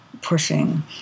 pushing